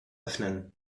öffnen